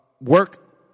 work